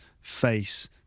face